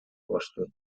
costo